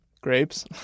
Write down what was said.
grapes